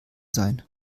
sein